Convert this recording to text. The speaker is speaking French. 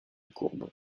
courbes